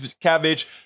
cabbage